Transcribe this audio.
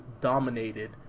dominated